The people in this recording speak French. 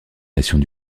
nations